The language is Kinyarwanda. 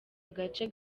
agace